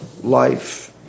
life